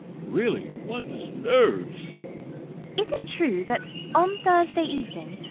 really, one's nerves is it true that, on thursday evening,